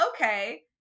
Okay